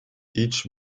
each